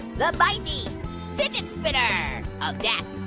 the bindy fidget spinner of death!